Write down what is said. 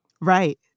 Right